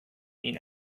mean